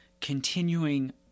continuing